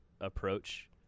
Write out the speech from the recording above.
approach